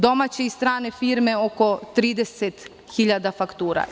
Domaće i strane firme oko 30 hiljada faktura.